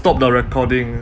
stop the recording ah